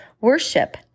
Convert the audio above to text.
Worship